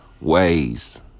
ways